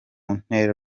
ntera